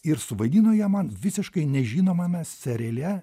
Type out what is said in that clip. ir suvaidino ją man visiškai nežinomame seriale